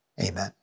amen